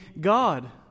God